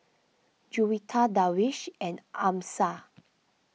Juwita Darwish and Amsyar